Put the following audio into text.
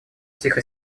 тихо